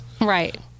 Right